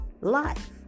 life